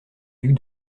duc